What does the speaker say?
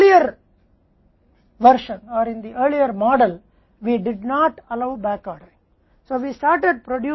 पिछले संस्करण में या पहले के मॉडल में हमने बैकऑर्डरिंग की अनुमति नहीं दी थी